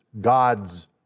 God's